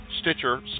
Stitcher